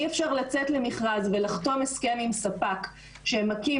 אי אפשר לצאת למכרז ולחתום הסכם עם ספק שמקים